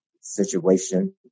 situation